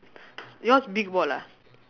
yours big ball ah